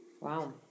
Wow